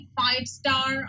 five-star